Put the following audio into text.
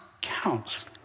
counts